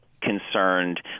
concerned